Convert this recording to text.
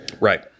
Right